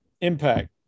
Impact